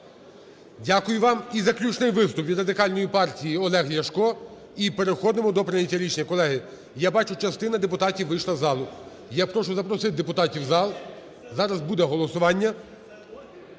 Дякую вам. І заключний виступ від Радикальної партії Олег Ляшко. І переходимо до прийняття рішення. Колеги, я бачу частина депутатів вийшла із залу. Я прошу запросити депутатів в зал, зараз буде голосування,